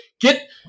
get